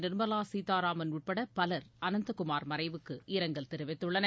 நிர்மலாசீதாராமன் உட்படபலர் அனந்தகுமார் மறைவுக்கு இரங்கல் தெரிவித்துள்ளனர்